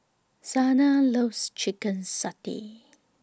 Zena loves Chicken Satay